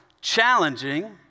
challenging